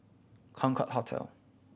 Concorde Hotel